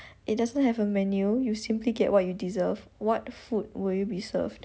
it doesn't have a menu you simply get what you deserve what food will you be served